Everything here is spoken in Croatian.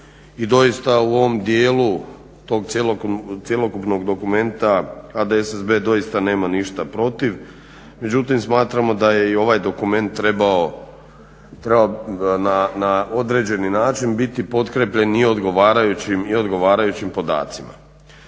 i doista u ovom dijelu tog cjelokupnog dokumenta HDSSB doista nema ništa protiv, međutim smatramo da je i ovaj dokument trebao na određeni način biti potkrijepljen i odgovarajućim podacima.